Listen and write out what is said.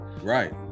Right